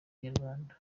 inyarwanda